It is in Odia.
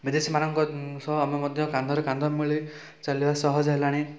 ବିଦେଶୀମାନଙ୍କ ସହ ଆମେ ମଧ୍ୟ କାନ୍ଧରେ କାନ୍ଧ ମିଳେଇ ଚାଲିବା ସହଜ ହେଲାଣି